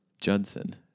Judson